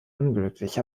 unglücklich